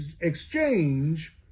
exchange